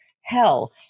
hell